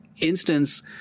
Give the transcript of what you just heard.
instance